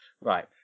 Right